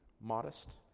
modest